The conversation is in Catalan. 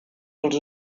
dels